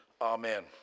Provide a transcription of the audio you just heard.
Amen